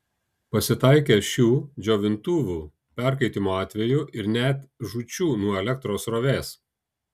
pasitaikė šių džiovintuvų perkaitimo atvejų ir net žūčių nuo elektros srovės